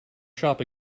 shop